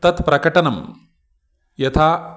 तत् प्रकटनं यथा